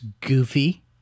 goofy